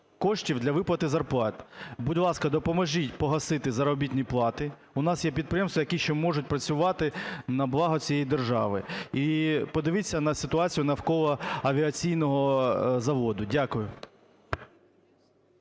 коштів для виплати зарплат. Будь ласка, допоможіть погасити заробітні плати. У нас є підприємства, які ще можуть працювати на благо цієї держави. І подивіться на ситуацію навколо авіаційного заводу. Дякую.